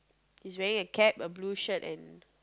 he's wearing a cap a blue shirt and